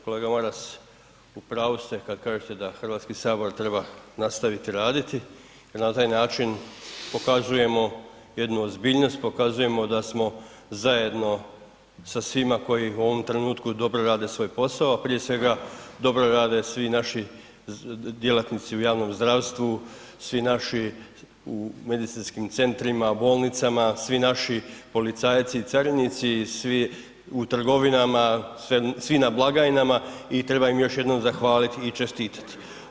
Kolega Maras, u pravu ste kad kažete da HS treba nastaviti raditi jel na taj način pokazujemo jednu ozbiljnost, pokazujemo da smo zajedno sa svima koji u ovom trenutku dobro rade svoj posao, a prije svega dobro rade svi naši djelatnici u javnom zdravstvu, svi naši u medicinskim centrima, bolnicama, svi naši policajci i carinici i svi u trgovinama, svi na blagajnama i treba im još jednom zahvalit i čestitati.